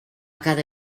cada